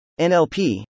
NLP